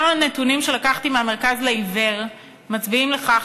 כמה נתונים שלקחתי מהמרכז לעיוור מצביעים על כך